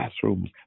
classrooms